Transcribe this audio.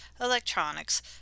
electronics